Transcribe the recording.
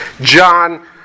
John